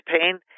pain